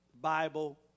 Bible